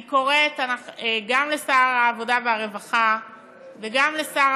אני קוראת גם לשר העבודה והרווחה וגם לשר